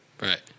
Right